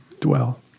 dwell